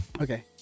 Okay